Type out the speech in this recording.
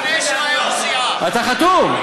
אתה חתום.